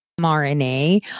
mRNA